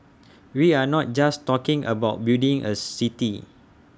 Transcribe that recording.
we are not just talking about building A city